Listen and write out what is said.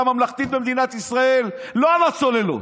ממלכתית במדינת ישראל לא על הצוללות,